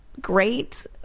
great